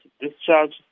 discharge